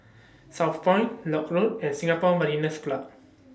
Southpoint Lock Road and Singapore Mariners' Club